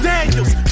Daniels